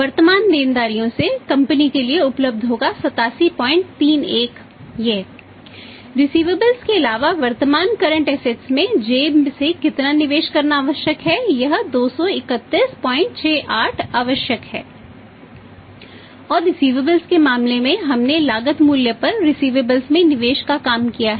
वर्तमान देनदारियों से कंपनी में जेब से कितना निवेश करना आवश्यक है और यह 23168 आवश्यक है